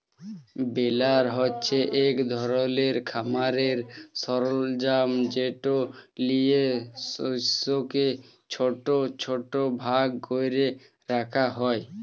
বেলার হছে ইক ধরলের খামারের সরলজাম যেট লিঁয়ে শস্যকে ছট ছট ভাগ ক্যরে রাখা হ্যয়